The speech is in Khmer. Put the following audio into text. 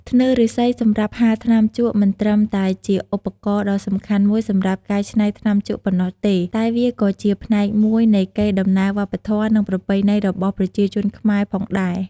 ធ្នើរឬស្សីសម្រាប់ហាលថ្នាំជក់ មិនត្រឹមតែជាឧបករណ៍ដ៏សំខាន់មួយសម្រាប់កែច្នៃថ្នាំជក់ប៉ុណ្ណោះទេ តែវាក៏ជាផ្នែកមួយនៃកេរដំណែលវប្បធម៌ និងប្រពៃណីរបស់ប្រជាជនខ្មែរផងដែរ។